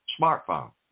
smartphone